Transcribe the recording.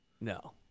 no